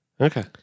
Okay